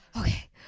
Okay